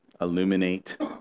illuminate